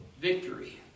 victory